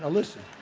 ah listen.